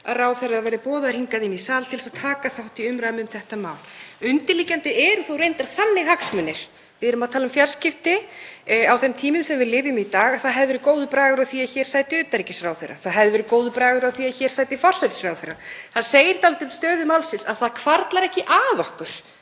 að ráðherrar verði boðaðir hingað inn í sal til að taka þátt í umræðum um þetta mál. Undirliggjandi eru reyndar þannig hagsmunir — við erum að tala um fjarskipti á þeim tímum sem við lifum í dag — að það hefði verið góður bragur á því að hér sæti utanríkisráðherra. Það hefði verið góður bragur á því að hér sæti forsætisráðherra. Það segir dálítið um stöðu málsins að það hvarflar ekki að okkur